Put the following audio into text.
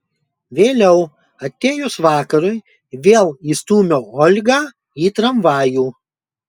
vėliau atėjus vakarui vėl įstūmiau olgą į tramvajų